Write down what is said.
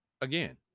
again